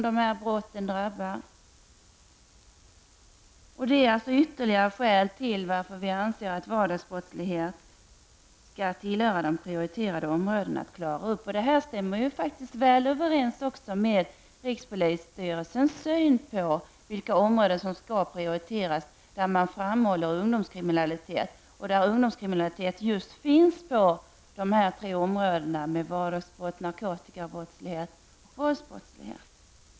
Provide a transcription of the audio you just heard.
Detta är ytterligare skäl till varför vi anser att vardagsbrottslighet skall tillhöra det prioriterade området. Detta stämmer också väl överens med rikspolisstyrelsens syn på vilka områden som skall prioriteras. Man framhåller där ungdomskriminalitet, och den finns just inom de tre områdena vardagsbrottslighet, narkotikabrottslighet och våldsbrottslighet.